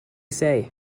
say